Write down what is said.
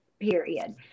Period